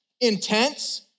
Intense